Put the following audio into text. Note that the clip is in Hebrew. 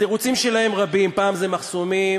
התירוצים שלהם רבים: פעם זה מחסומים,